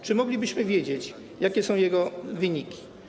Czy moglibyśmy wiedzieć, jakie są ich wyniki?